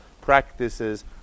practices